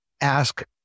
ask